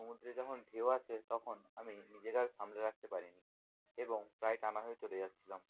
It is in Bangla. সমুদ্রে যখন ঢেউ আসে তখন আমি নিজেকে আর সামলে রাখতে পারি নি এবং প্রায় টানা হয়ে চলে যাচ্ছিলাম